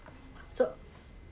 so